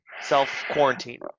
Self-quarantine